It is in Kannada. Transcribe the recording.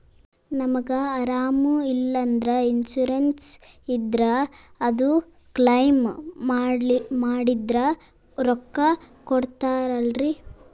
ನಮಗ ಅರಾಮ ಇಲ್ಲಂದ್ರ ಇನ್ಸೂರೆನ್ಸ್ ಇದ್ರ ಅದು ಕ್ಲೈಮ ಮಾಡಿದ್ರ ರೊಕ್ಕ ಕೊಡ್ತಾರಲ್ರಿ?